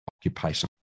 occupation